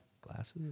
glasses